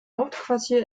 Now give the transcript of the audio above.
hauptquartier